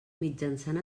mitjançant